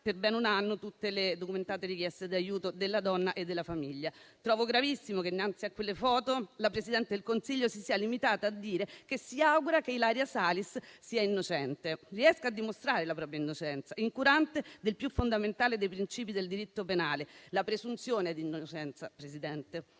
per ben un anno tutte le documentate richieste di aiuto della donna e della famiglia. Trovo gravissimo che, innanzi a quelle foto, la Presidente del Consiglio si sia limitata a dire che si augura che Ilaria Salis sia innocente e riesca a dimostrare la propria innocenza, incurante del più fondamentale dei principi del diritto penale, ossia la presunzione di innocenza. Ilaria